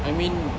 I mean